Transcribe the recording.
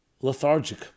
lethargic